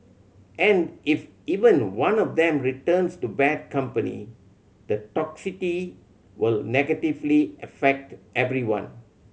and if even one of them returns to bad company the toxicity will negatively affect everyone